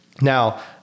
Now